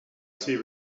see